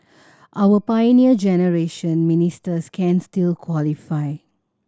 our Pioneer Generation Ministers can still qualify